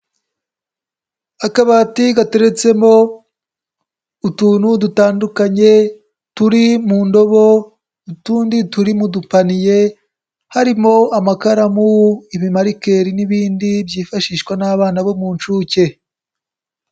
Akabati gateretsemo utuntu dutandukanye turi mu ndobo, utundi turi mu dupaniye, harimo amakaramu, ibimarikeri n'ibindi byifashishwa n'abana bo mu nshuke.